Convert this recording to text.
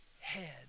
head